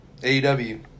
AEW